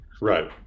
Right